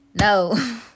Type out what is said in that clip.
No